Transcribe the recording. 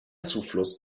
zufluss